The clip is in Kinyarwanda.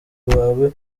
wawe